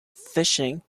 fishing